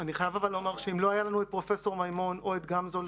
אני חייב אבל לומר שאם לא היה לנו את פרופ' מימון או את גמזו לפניו,